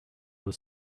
will